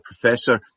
professor